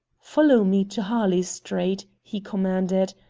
follow me to harley street, he commanded.